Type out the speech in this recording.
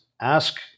ask